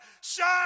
shine